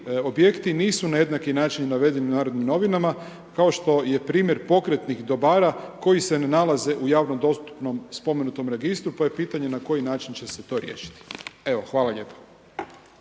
objekti nisu na jednaki način navedeni u Narodnim novinama kao što je primjer pokretnih dobara koji se ne nalaze u javnom dostupnom spomenutom registru pa je pitanje na koji način će se to riješiti, evo hvala lijepo.